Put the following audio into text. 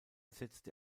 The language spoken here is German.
setzte